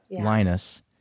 Linus